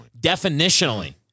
definitionally